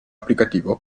applicativo